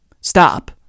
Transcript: Stop